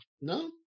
No